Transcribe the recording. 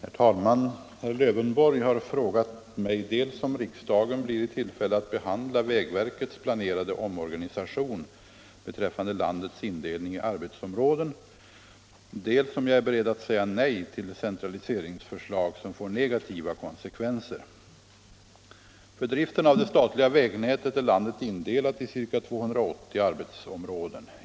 Herr talman! Herr Lövenborg har frågat mig dels om riksdagen blir i tillfälle att behandla vägverkets planerade omorganisation beträffande landets indelning i arbetsområden, dels om jag är beredd att säga nej till centraliseringsförslag som får negativa konsekvenser. För driften av det statliga vägnätet är landet indelat i ca 280 arbetsområden.